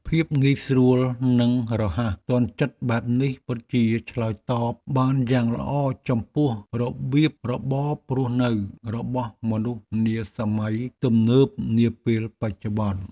ភាពងាយស្រួលនិងរហ័សទាន់ចិត្តបែបនេះពិតជាឆ្លើយតបបានយ៉ាងល្អចំពោះរបៀបរបបរស់នៅរបស់មនុស្សនាសម័យទំនើបនាពេលបច្ចុប្បន្ន។